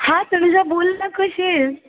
हा तनुजा बोल ना कशी आहेस